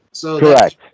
Correct